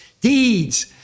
deeds